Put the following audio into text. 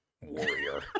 warrior